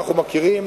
אנחנו מכירים,